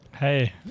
Hey